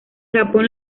japón